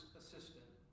assistant